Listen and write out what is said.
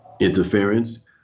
interference